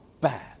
bad